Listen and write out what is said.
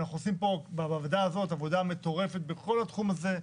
אנחנו עושים פה בוועדה הזאת עבודה מטורפת בכל התחום הזה.